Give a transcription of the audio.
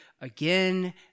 again